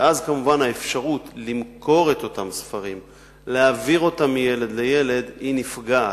ואז כמובן האפשרות למכור את אותם ספרים ולהעביר אותם מילד לילד נפגעת,